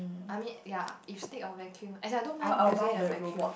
I mean ya if stick or vacuum as in I don't mind using the vacuum